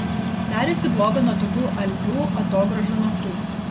darėsi bloga nuo tokių alpių atogrąžų naktų